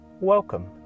Welcome